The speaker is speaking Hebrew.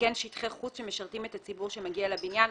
וכן שטחי חוץ שמשרתים את הציבור שמגיע לבניין,